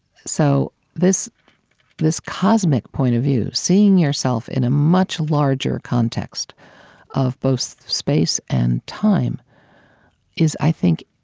so this this cosmic point of view seeing yourself in a much larger context of both space and time is, i think,